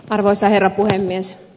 arvoisa herra puhemies